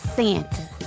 Santa